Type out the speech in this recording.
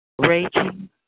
raging